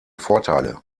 vorteile